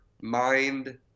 mind